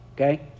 okay